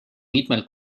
mitmel